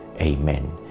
Amen